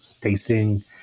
tasting